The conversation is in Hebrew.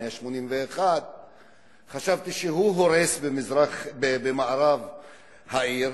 181. חשבתי שהוא הורס במערב העיר.